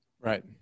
Right